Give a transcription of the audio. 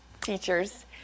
teachers